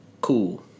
cool